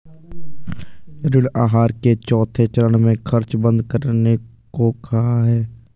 ऋण आहार के चौथे चरण में खर्च बंद करने को कहा है